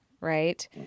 right